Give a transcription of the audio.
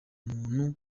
muntu